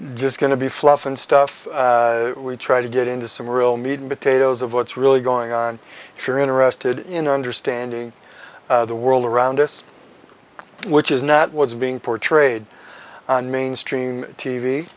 just going to be fluff and stuff we try to get into some real meat and potatoes of what's really going on if you're interested in understanding the world around us which is not what's being portrayed in mainstream t